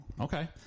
Okay